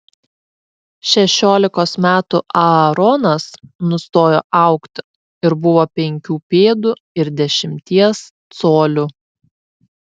šešiolikos metų aaronas nustojo augti ir buvo penkių pėdų ir dešimties colių